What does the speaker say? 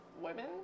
women